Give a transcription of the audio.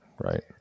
Right